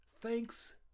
thanks